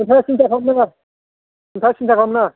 दे सिन्था खालामनाङा नोंथाङा सिन्था खालामनाङा